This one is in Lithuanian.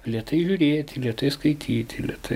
lėtai žiūrėti lėtai skaityti lėtai